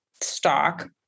stock